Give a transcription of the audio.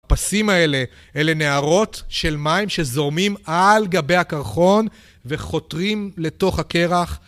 הפסים האלה, אלה נערות של מים שזורמים על גבי הקרחון וחותרים לתוך הקרח